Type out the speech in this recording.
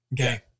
Okay